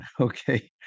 Okay